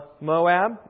Moab